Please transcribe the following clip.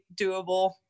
doable